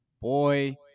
boy